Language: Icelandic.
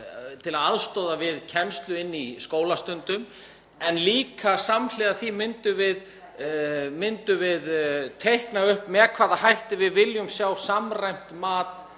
til að aðstoða við kennslu í skólastundum. En samhliða því myndum við líka teikna upp með hvaða hætti við viljum sjá samræmt mat